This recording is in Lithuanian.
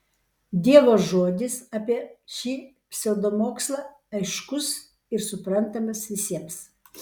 dievo žodis apie šį pseudomokslą aiškus ir suprantamas visiems